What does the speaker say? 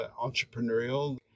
entrepreneurial